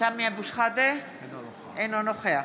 אינו נוכח